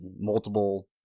multiple